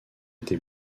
été